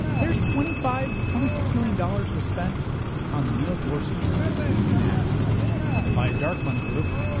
there's twenty five twenty six million dollars was spent on the neil gorsuch confirmation in ads buy a dark money group,